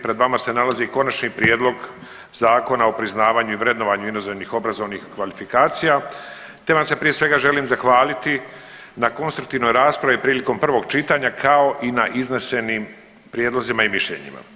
Pred vama se nalazi Konačni prijedlog zakona o priznavanju i vrednovanju inozemnih obrazovnih kvalifikacija, te vam se prije svega želim zahvaliti na konstruktivnoj raspravi prilikom prvog čitanja kao i na iznesenim prijedlozima i mišljenjima.